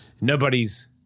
Nobody's